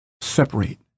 separate